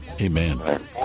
Amen